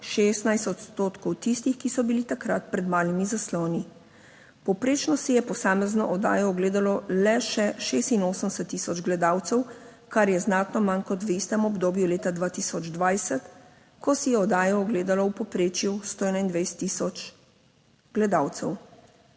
16 odstotkov tistih, ki so bili takrat pred malimi zasloni. Povprečno si je posamezno oddajo ogledalo le še 86000 gledalcev, kar je znatno manj kot v istem obdobju leta 2020, ko si je oddajo ogledalo v povprečju 121000 gledalcev.